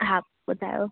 हा ॿुधायो